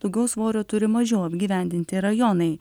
daugiau svorio turi mažiau apgyvendinti rajonai